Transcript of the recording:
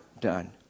done